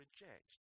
reject